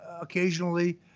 occasionally